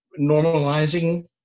normalizing